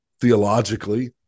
theologically